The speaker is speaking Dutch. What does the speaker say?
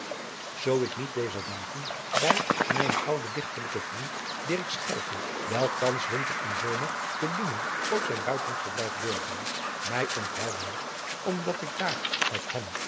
zoo ik niet dezer dagen mij bij mijnen ouden dichterlijken vriend dirk schelte welke thans winter en zomer te loenen op zijn buitenverblijf doorbrengt mij onthouden moest omdat ik daar met hem